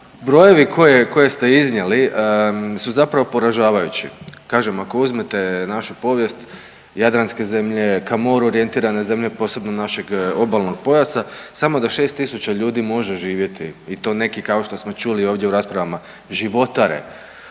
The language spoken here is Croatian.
Brojevi koje ste iznijeli su zapravo poražavajući, kažem ako uzmete našu povijest jadranske zemlje, ka moru orijentirane zemlje, posebno našeg obalnog pojasa samo da 6.000 ljudi može živjeti i to neki kao što smo čuli ovdje u raspravama, životare